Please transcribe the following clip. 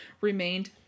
remained